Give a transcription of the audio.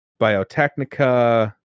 Biotechnica